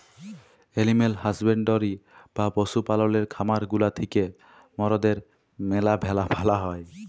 animal husbandry বা পশু পাললের খামার গুলা থিক্যা মরদের ম্যালা ভালা হ্যয়